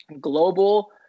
global